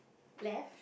left